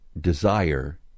desire